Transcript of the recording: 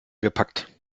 gepackt